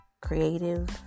creative